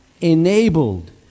enabled